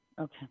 okay